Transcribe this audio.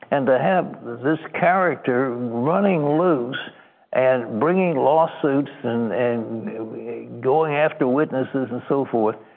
and to have this character running loose and bringing lawsuits and and going after witnesses and so forth,